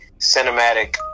cinematic